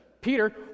Peter